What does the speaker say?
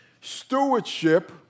Stewardship